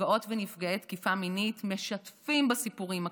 נפגעות ונפגעי תקיפה מינית משתפים בסיפורים הקשים,